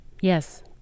Yes